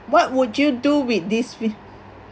what would you do with this with